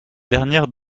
dernière